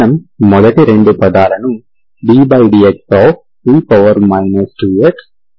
మనం మొదటి రెండు పదాలను ddxe 2xdydxగా కలపవచ్చు